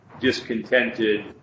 discontented